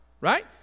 right